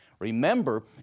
Remember